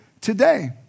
today